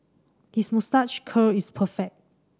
his moustache curl is perfect